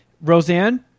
Roseanne